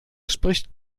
spricht